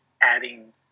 adding